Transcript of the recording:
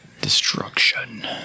destruction